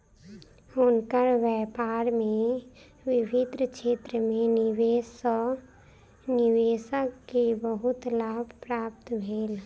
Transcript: हुनकर व्यापार में विभिन्न क्षेत्र में निवेश सॅ निवेशक के बहुत लाभ प्राप्त भेल